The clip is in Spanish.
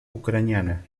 ucraniana